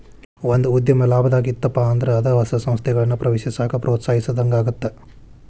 ಒಂದ ಉದ್ಯಮ ಲಾಭದಾಗ್ ಇತ್ತಪ ಅಂದ್ರ ಅದ ಹೊಸ ಸಂಸ್ಥೆಗಳನ್ನ ಪ್ರವೇಶಿಸಾಕ ಪ್ರೋತ್ಸಾಹಿಸಿದಂಗಾಗತ್ತ